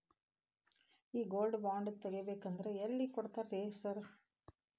ಈ gold bond ತಗಾಬೇಕಂದ್ರ ಎಲ್ಲಿ ಕೊಡ್ತಾರ ರೇ ಸಾರ್?